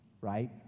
right